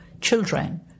children